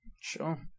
Sure